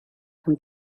can